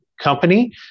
company